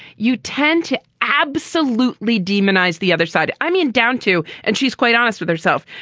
you tend to absolutely demonize the other side. i mean, down to and she's quite honest with herself.